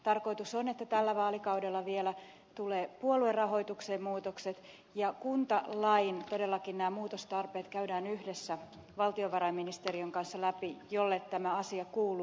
tarkoitus on että tällä vaalikaudella vielä tulee puoluerahoitukseen muutokset ja todellakin nämä kuntalain muutostarpeet käydään yhdessä läpi valtiovarainministeriön kanssa jolle tämä asia kuuluu